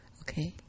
okay